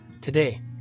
today